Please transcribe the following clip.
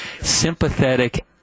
sympathetic